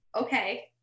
okay